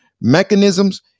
mechanisms